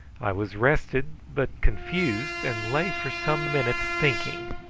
i was rested but confused, and lay for some minutes thinking,